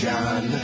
John